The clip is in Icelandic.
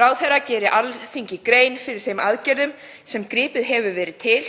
„Ráðherra geri Alþingi grein fyrir þeim aðgerðum sem gripið hefur verið til